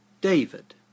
David